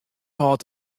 hâldt